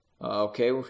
Okay